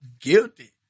Guilty